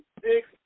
six